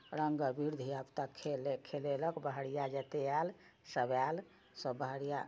रङ्ग अबीर धिआ पुता खेले खेललक बहरिआ जते आएल सब आएल सब बहरिआ